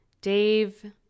Dave